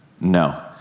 no